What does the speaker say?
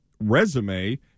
resume